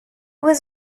was